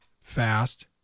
fast